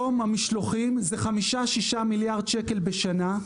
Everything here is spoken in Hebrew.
המשלוחים של וולט היום זה חמישה-שישה מיליארד שקלים בשנה.